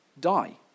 die